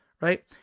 right